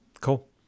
Cool